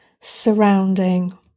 surrounding